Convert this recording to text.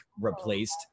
replaced